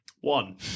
One